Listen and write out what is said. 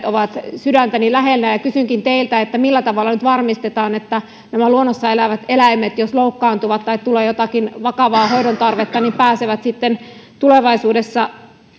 ovat sydäntäni lähellä kysynkin teiltä millä tavalla nyt varmistetaan että nämä luonnossa elävät eläimet jos loukkaantuvat tai tulee jotakin vakavaa hoidon tarvetta pääsevät tulevaisuudessa